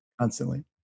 constantly